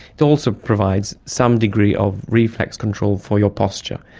it also provides some degree of reflex control for your posture.